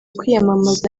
kwiyamamaza